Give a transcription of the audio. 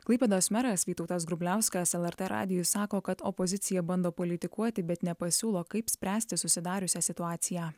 klaipėdos meras vytautas grubliauskas lrt radijui sako kad opozicija bando politikuoti bet nepasiūlo kaip spręsti susidariusią situaciją